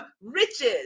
riches